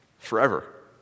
forever